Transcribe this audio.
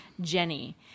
Jenny